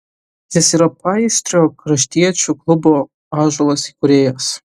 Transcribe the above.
jis yra paįstrio kraštiečių klubo ąžuolas įkūrėjas